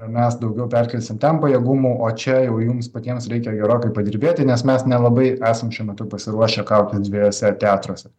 mes daugiau perkelsim ten pajėgumų o čia jau jums patiems reikia gerokai padirbėti nes mes nelabai esam šiuo metu pasiruošę kautis dviejuose teatruose